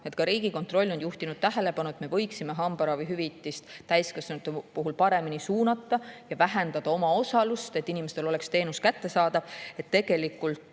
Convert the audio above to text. Ka Riigikontroll on juhtinud tähelepanu, et me võiksime hambaravihüvitist täiskasvanute puhul paremini suunata ja vähendada omaosalust, et inimestele oleks teenus kättesaadav. Selle